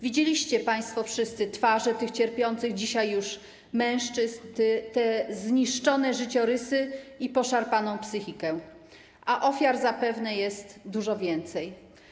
Widzieliście państwo wszyscy twarze tych cierpiących dzisiaj mężczyzn, te zniszczone życiorysy i poszarpaną psychikę, a ofiar jest zapewne dużo więcej.